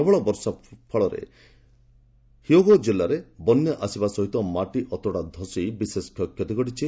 ପ୍ରବଳ ବର୍ଷା ଫଳରେ ହିଓଗୋ ଜିଲ୍ଲାରେ ବନ୍ୟା ଆସିବା ସହ ମାଟି ଅତଡ଼ା ଖସି ବିଶେଷ କ୍ଷୟକ୍ଷତି ଘଟିଛି